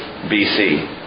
BC